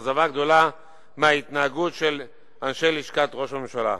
אכזבה גדולה מההתנהגות של אנשי לשכת ראש הממשלה.